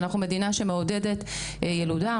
אנחנו מדינה שמעודדת ילודה,